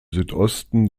südosten